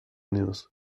news